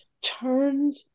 turned